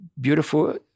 beautiful